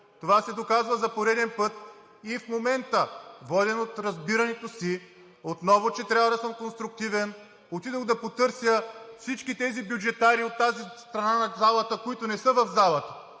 Това се доказва за пореден път в момента. Воден от разбирането си, че отново трябва да съм конструктивен, отидох да потърся всички тези бюджетари от тази страна на залата, които не са в залата,